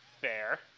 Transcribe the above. Fair